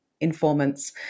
informants